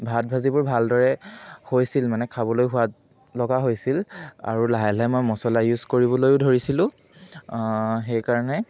ভাত ভাজিবোৰ ভালদৰে হৈছিল মানে খাবলৈ সোৱাদ লগা হৈছিল আৰু লাহে লাহে মই মচলা ইউজ কৰিবলৈয়ো ধৰিছিলো সেইকাৰণে